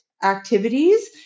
activities